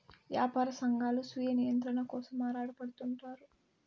యాపార సంఘాలు స్వీయ నియంత్రణ కోసం ఆరాటపడుతుంటారు